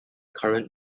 current